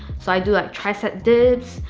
so i do like tricep dips,